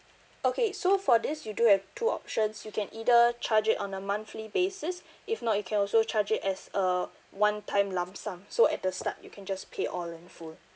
okay so for this you do have two options you can either charge it on a monthly basis if not you can also charge it as uh one time lump sum so at the start you can just pay all in full